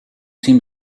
seem